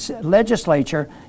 legislature